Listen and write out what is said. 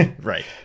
right